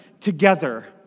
together